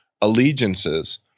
allegiances